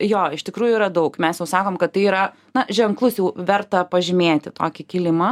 jo iš tikrųjų yra daug mes jau sakom kad tai yra na ženklus jau verta pažymėti tokį kilimą